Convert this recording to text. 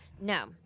No